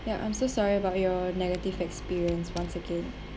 ya I'm so sorry about your negative experience once again